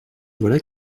voilà